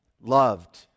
loved